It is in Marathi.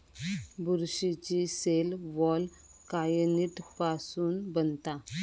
बुरशीची सेल वॉल कायटिन पासुन बनता